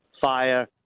fire